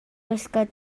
gwisgo